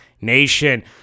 Nation